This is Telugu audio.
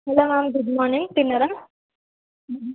హలో హాయ్ గుడ్ మార్నింగ్ తిన్నారా